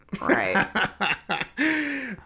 right